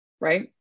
right